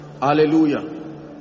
hallelujah